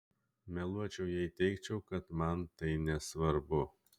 meluočiau jei teigčiau kad man tai nesvarbu